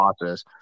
process